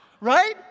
Right